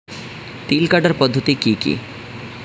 তিল কাটার পদ্ধতি কি কি?